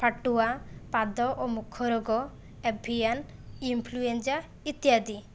ଫାଟୁଆ ପାଦ ଓ ମୁଖ ରୋଗ ଏଭିଏନ୍ ଇନଫ୍ଲୁଏଞ୍ଜା ଇତ୍ୟାଦି